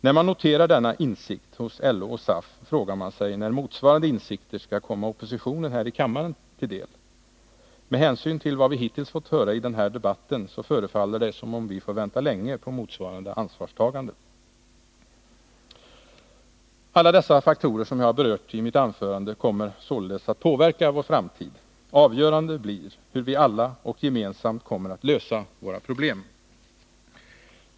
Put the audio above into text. När man noterar denna insikt hos LO och SAF, frågar man sig när motsvarande insikter skall komma oppositionen här i kammaren till del. Med hänsyn till vad vi hittills fått höra förefaller det som om vi får vänta länge på ett motsvarande ansvarstagande. Alla dessa faktorer som jag har berört i mitt anförande kommer att påverka vår framtid. Avgörande blir hur vi alla gemensamt kommer att lösa våra problem.